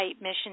mission